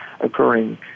occurring